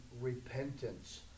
repentance